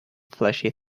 flashy